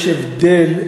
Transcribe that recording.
יש הבדל.